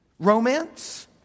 Romance